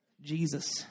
Jesus